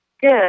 Good